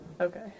Okay